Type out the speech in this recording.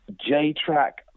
J-Track